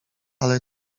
ale